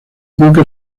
nunca